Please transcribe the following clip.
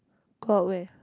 go out where